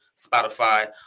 Spotify